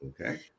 Okay